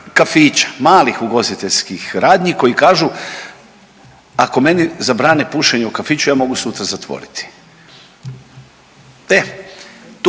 kafića, malih ugostiteljskih radnji koji kažu ako meni zabrane pušenje u kafiću ja mogu sutra zatvoriti.